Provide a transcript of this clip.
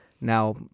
Now